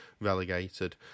relegated